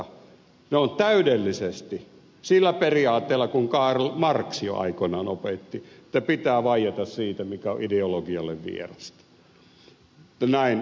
ne on kirjoitettu täydellisesti sillä periaatteella kuin karl marx jo aikoinaan opetti että pitää vaieta siitä mikä on ideologialle vierasta